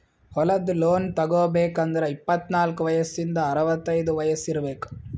ಹೊಲದ್ ಲೋನ್ ತಗೋಬೇಕ್ ಅಂದ್ರ ಇಪ್ಪತ್ನಾಲ್ಕ್ ವಯಸ್ಸಿಂದ್ ಅರವತೈದ್ ವಯಸ್ಸ್ ಇರ್ಬೆಕ್